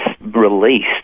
released